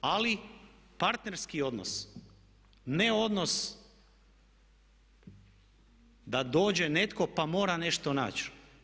Ali partnerski odnos, ne odnos da dođe netko pa mora nešto naći.